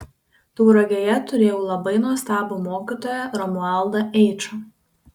tauragėje turėjau labai nuostabų mokytoją romualdą eičą